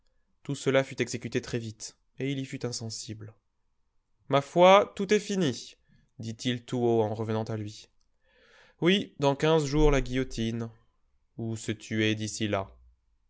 tout cela fut exécuté très vite et il y fut insensible ma foi tout est fini dit-il tout haut en revenant à lui oui dans quinze jours la guillotine ou se tuer d'ici là